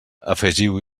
afegiu